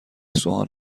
سوهان